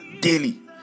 daily